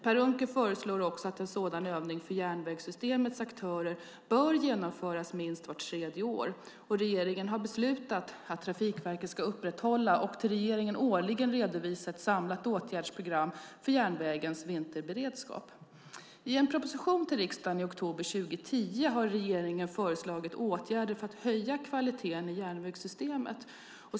Per Unckel föreslår också att en sådan övning för järnvägssystemets aktörer bör genomföras minst vart tredje år. Regeringen har beslutat att Trafikverket ska upprätthålla och till regeringen årligen redovisa ett samlat åtgärdsprogram för järnvägens vinterberedskap. I en proposition till riksdagen i oktober 2010 har regeringen föreslagit åtgärder för att höja kvaliteten i järnvägssystemet.